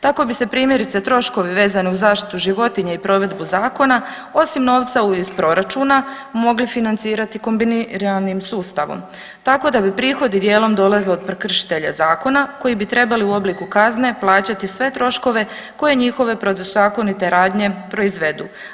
Tako bi se primjerice troškovi vezani uz zaštitu životinja i provedbu zakona osim novca iz proračuna mogli financirati kombiniranim sustavom tako da bi prihodi dijelom dolazili od prekršitelja zakona koji bi trebali u obliku kazne plaćati sve troškove koje njihove protuzakonite radnje proizvedu.